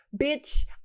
bitch